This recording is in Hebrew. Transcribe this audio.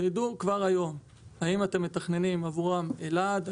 שידעו כבר היום האם אתם מתכננים עבורם אלעד,